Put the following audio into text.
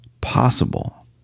possible